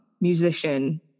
musician